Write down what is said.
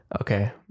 Okay